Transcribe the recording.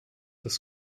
das